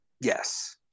Yes